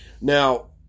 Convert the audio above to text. Now